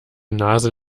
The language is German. nase